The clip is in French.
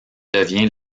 devient